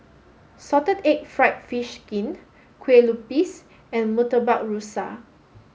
salted egg fried fish skin Kueh Lupis and Murtabak Rusa